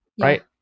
right